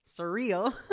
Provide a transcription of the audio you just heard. Surreal